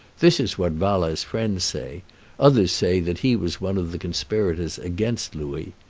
this is what wala's friends say others say that he was one of the conspirators against louis.